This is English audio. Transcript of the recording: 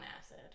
acid